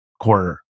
quarter